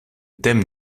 thème